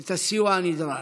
את הסיוע הנדרש.